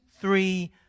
three